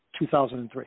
2003